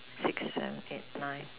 six seven eight nine